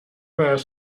were